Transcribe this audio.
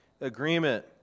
agreement